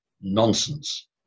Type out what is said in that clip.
nonsense